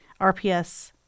RPS